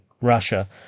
Russia